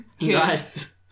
Nice